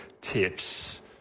tips